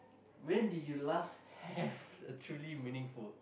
when did you last have a truly meaningful